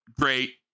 Great